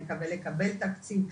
נקווה לקבל תקציב.